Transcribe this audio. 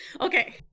Okay